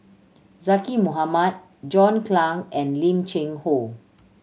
Zaqy Mohamad John Clang and Lim Cheng Hoe